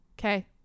okay